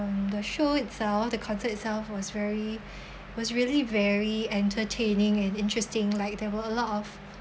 the show itself the concert itself was very was really very entertaining and interesting like there were a lot of